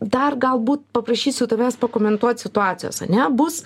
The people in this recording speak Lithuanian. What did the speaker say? dar galbūt paprašysiu tavęs pakomentuot situacijos ane bus